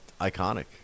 iconic